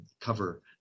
cover